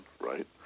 right